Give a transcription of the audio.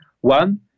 One